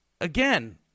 Again